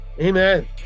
amen